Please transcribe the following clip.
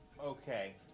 Okay